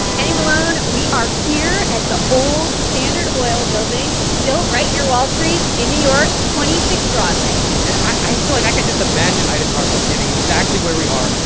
kenny malone, we are here at the old standard oil building. it's still right near wall street in new york, twenty six broadway and i feel like i can just imagine ida tarbell standing exactly where we are,